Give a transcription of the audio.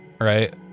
right